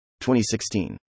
2016